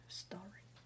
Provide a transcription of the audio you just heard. story